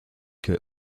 que